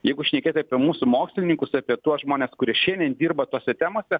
jeigu šnekėt apie mūsų mokslininkus apie tuos žmones kurie šiandien dirba tose temose